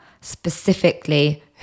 specifically